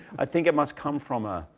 i think it must come from a,